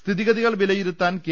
സ്ഥിതി ഗതികൾ വിലയിരുത്താൻ കെ